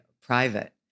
private